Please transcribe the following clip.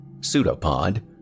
Pseudopod